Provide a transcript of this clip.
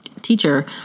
teacher